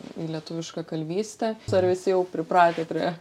į lietuvišką kalvystę ar visi jau pripratę prie